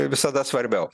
visada svarbiau